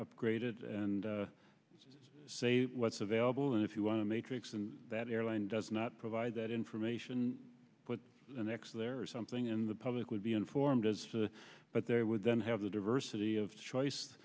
upgraded and say what's available and if you want to matrix and that airline does not provide that information but the next there is something in the public would be informed as to but they would then have the diversity of choice